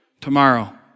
tomorrow